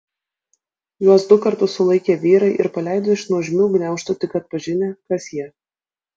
juos du kartus sulaikė vyrai ir paleido iš nuožmių gniaužtų tik atpažinę kas jie